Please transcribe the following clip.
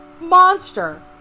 monster